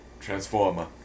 Transformer